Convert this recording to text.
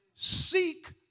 Seek